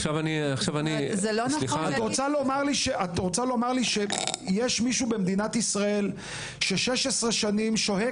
את רוצה לומר לי שיש מישהו ש-16 שנים שוהה